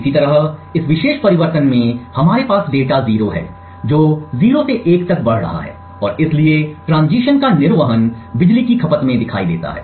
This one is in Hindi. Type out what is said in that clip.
इसी तरह इस विशेष परिवर्तन में हमारे पास डेटा 0 है जो 0 से 1 तक बढ़ रहा है और इसलिए ट्रांजिशन का निर्वहन बिजली की खपत में दिखाई देता है